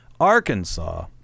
Arkansas